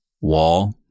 wall